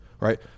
Right